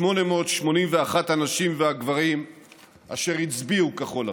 1,125,881 הנשים והגברים אשר הצביעו כחול לבן.